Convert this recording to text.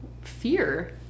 fear